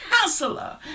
counselor